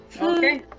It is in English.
Okay